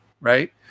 right